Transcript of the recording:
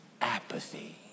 Apathy